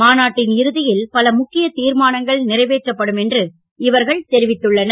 மாநாட்டின் இறுதியில் பல ழுக்கிய தீர்மானங்கள் நிறைவேற்றப்படும் என்று இவர்கள் தெரிவித்துள்ளனர்